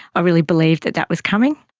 really believed that that was coming.